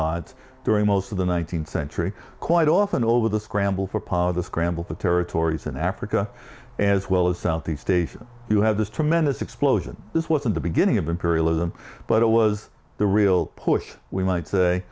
odds during most of the one nine hundred century quite often over the scramble for power the scramble for territories in africa as well as southeast asia you have this tremendous explosion this wasn't the beginning of imperialism but it was the real push we might say